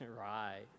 Right